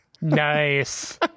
Nice